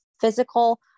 physical